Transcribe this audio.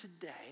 today